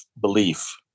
belief